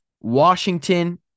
Washington